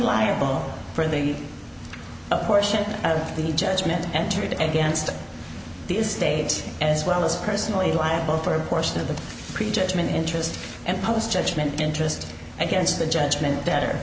liable for the portion of the judgment entered and danced the estate as well as personally liable for a portion of the pre judgment interest and post judgment interest against the judgment better